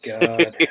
God